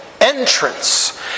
entrance